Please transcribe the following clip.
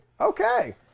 Okay